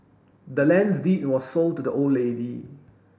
the land's deed was sold to the old lady